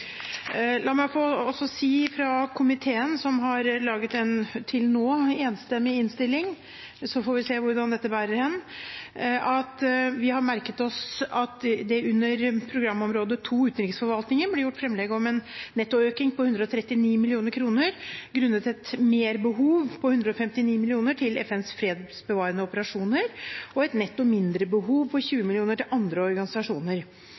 La meg også få si fra komiteen, som har laget en enstemmig innstilling, så får vi se hvor dette bærer hen, at vi har merket oss at det under programområde 2, Utanriksforvaltning, blir gjort framlegg om en nettoøkning på 139 mill. kr grunnet et merbehov på 159 mill. kr til FNs fredsbevarende operasjoner og et netto mindrebehov på 20 mill. kr til andre organisasjoner.